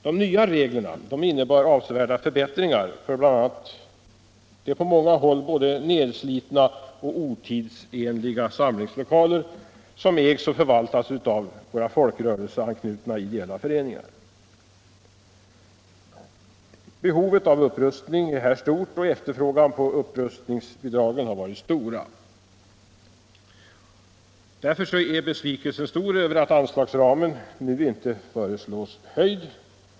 De nya reglerna innebar avsevärda förbättringar för bl.a. de på många håll både nedslitna och otidsenliga samlingslokaler som ägs och förvaltas av folkrörelseanknutna ideella föreningar. Behovet av upprustning är stort, och efterfrågan på upprustningsbidragen har varit stora. Därför är besvikelsen stor över att anslagsramen nu inte föreslås bli höjd.